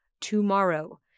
tomorrow